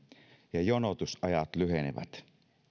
ja jonotusajat lyhenevät